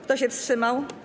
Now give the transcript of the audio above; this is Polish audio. Kto się wstrzymał?